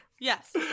Yes